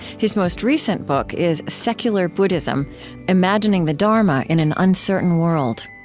his most recent book is secular buddhism imagining the dharma in an uncertain world